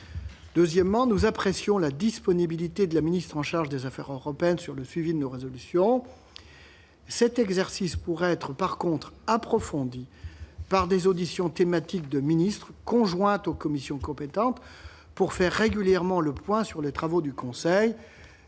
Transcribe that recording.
Deuxièmement, nous apprécions la disponibilité de la ministre chargée des affaires européennes sur le suivi de nos résolutions. Cet exercice pourrait être approfondi par des auditions thématiques de ministres- auditions conjointes avec les commissions compétentes -, pour faire régulièrement le point sur les travaux du Conseil.